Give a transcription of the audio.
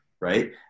right